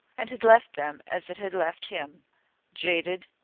and had left them as it had left him jaded,